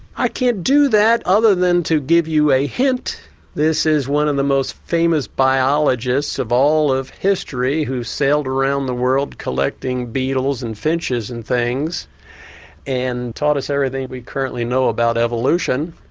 i can't do that other than to give you a hint this is one of the most famous biologists of all of history who sailed around the world collecting beetles and finches and things and taught us everything we currently know about evolution.